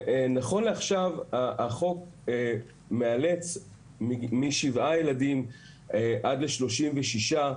נכון לעכשיו החוק מאלץ שבמקרה של שבעה ילדים עד ל-36,